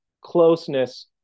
closeness